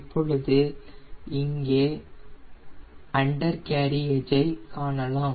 இப்போது இங்கே அன்டெர்க்காரியாஜ் ஐ காணலாம்